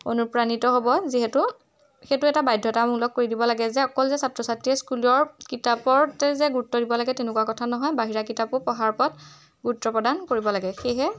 অনুপ্ৰাণিত হ'ব যিহেতু সেইটো এটা বাধ্যতামূলক কৰি দিব লাগে যে অকল যে ছাত্ৰ ছাত্ৰীয়ে স্কুলৰ কিতাপতে যে গুৰুত্ব দিব লাগে তেনেকুৱা কথা নহয় বাহিৰা কিতাপো পঢ়াৰ ওপৰত গুৰুত্ব প্ৰদান কৰিব লাগে সেয়েহে